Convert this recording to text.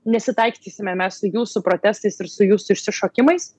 nesitaikstysime mes su jūsų protestais ir su jūsų išsišokimais